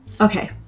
Okay